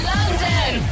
London